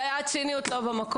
זו הייתה ציניות לא במקום.